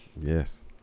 Yes